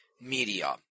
media